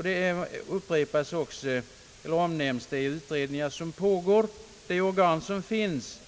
Det talas även om de utredningar som pågår och de organ som finns